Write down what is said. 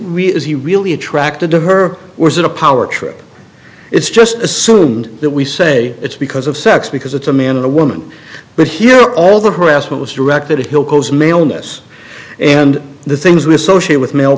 really is he really attracted to her was it a power trip it's just assumed that we say it's because of sex because it's a man and a woman but here all the harassment was directed at heel close male ness and the things we associate with male